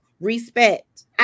Respect